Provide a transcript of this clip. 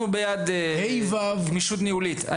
זה ברור, אנחנו בעד גמישות ניהולית.